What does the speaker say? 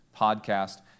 podcast